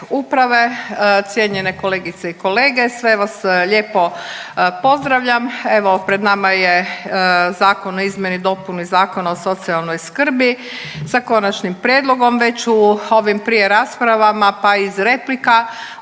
uprave, cijenjene kolegice i kolege, sve vas lijepo pozdravljam. Evo, pred nama je zakon o izmjeni i dopuni Zakona o socijalnoj skrbi sa konačnim prijedlogom. Već u ovim prije raspravama, pa iz replika